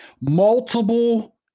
Multiple